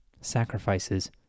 Sacrifices